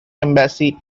embassy